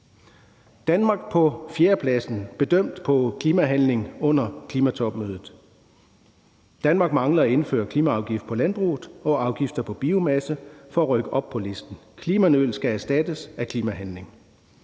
Danmark kom på fjerdepladsen bedømt på klimahandling under klimatopmødet. Danmark mangler at indføre klimaafgift på landbruget og afgifter på biomasse for at rykke op på listen. Klimanøl skal erstattes af klimahandling.